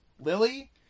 Lily